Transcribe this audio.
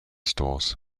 stores